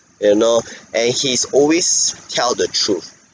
you know and he's always tell the truth